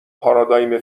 پارادایم